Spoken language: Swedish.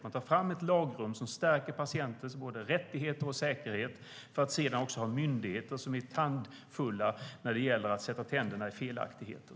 Man tar fram ett lagrum som stärker patientens rättigheter och säkerhet, och sedan har man också myndigheter som sätter tänderna i felaktigheter.